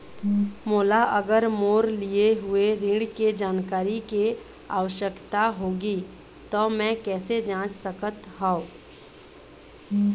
मोला अगर मोर लिए हुए ऋण के जानकारी के आवश्यकता होगी त मैं कैसे जांच सकत हव?